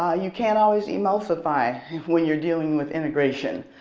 ah you can't always emulsify when you're dealing with integration.